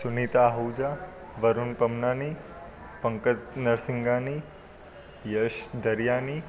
Sunita Ahuja Varun Pamnani Pankaj Narsinghani Yash Daryani